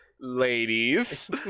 ladies